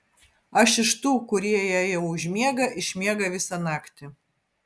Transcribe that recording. aš iš tų kurie jei jau užmiega išmiega visą naktį